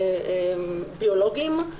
ילדים ביולוגיים,